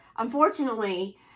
Unfortunately